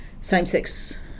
same-sex